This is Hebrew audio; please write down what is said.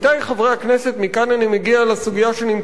מכאן אני מגיע לסוגיה שנמצאת בפנינו היום.